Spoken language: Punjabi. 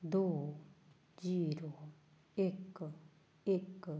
ਦੋ ਜ਼ੀਰੋ ਇੱਕ ਇੱਕ